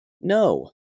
No